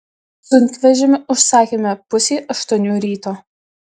sunkvežimį užsakėme pusei aštuonių ryto